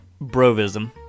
Brovism